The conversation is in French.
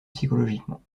psychologiquement